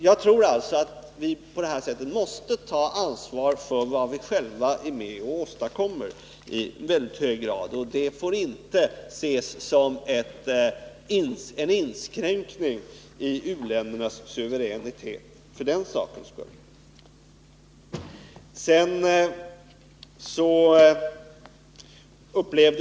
Jag tror att vi på det sättet måste ta ansvar för vad vi själva i mycket hög grad är med och åstadkommer. Det får inte ses som en inskränkning i u-ländernas suveränitet.